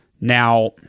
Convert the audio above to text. now